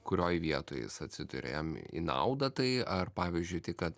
kurioj vietoj jis atsiduria jam į naudą tai ar pavyzdžiui tai kad